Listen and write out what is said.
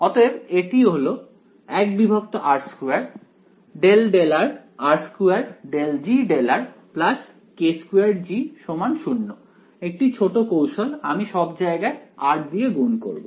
অতএব এটি হলো 1r2∂∂rr2∂G∂r k2G 0 একটি ছোট কৌশল আমি সব জায়গায় r দিয়ে গুণ করব